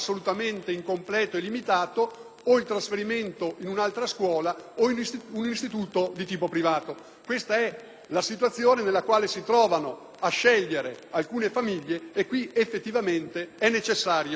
o il trasferimento in un'altra scuola o in un istituto privato. Questa è la situazione nella quale si trovano a scegliere alcune famiglie ed è effettivamente necessario prendere i provvedimenti del caso.